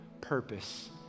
purpose